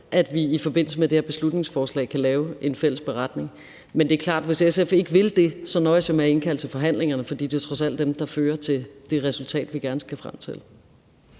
at vi i forbindelse med det her beslutningsforslag kan lave en fælles beretning. Men det er klart, at hvis SF fik ikke vil det, nøjes jeg med at indkalde til forhandlingerne. For det er jo trods alt dem, der fører til det resultat, vi gerne skal frem til.